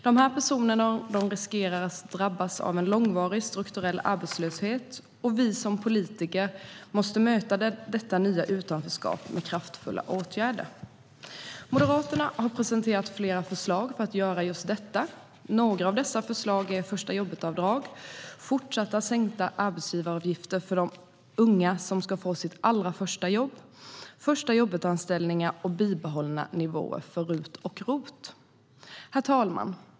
Dessa personer riskerar att drabbas av en långvarig strukturell arbetslöshet, och vi som politiker måste möta detta nya utanförskap med kraftfulla åtgärder. Moderaterna har presenterat flera förslag för att göra just detta. Några av dessa förslag är förstajobbetavdrag, fortsatta sänkta arbetsgivaravgifter för de unga som ska få sitt allra första jobb, förstajobbetanställningar och bibehållna nivåer för RUT och ROT. Herr talman!